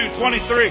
23